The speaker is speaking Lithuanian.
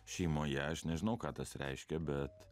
šeimoje aš nežinau ką tas reiškia bet